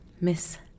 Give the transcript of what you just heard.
miss